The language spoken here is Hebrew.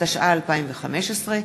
התשע"ו 2015,